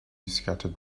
scattered